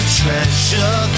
treasure